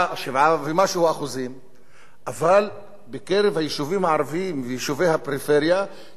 אבל ביישובים הערביים ויישובי הפריפריה יש מדינה אחרת,